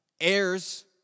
heirs